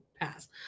Pass